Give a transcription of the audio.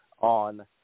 on